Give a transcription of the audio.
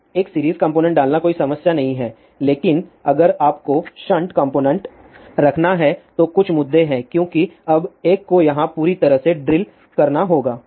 तो एक series component डालना कोई समस्या नहीं है लेकिन अगर आपको शंट कॉम्पोनेन्ट रखना है तो कुछ मुद्दे हैं क्योंकि अब एक को यहां पूरी तरह से ड्रिल करना होगा